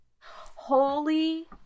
Holy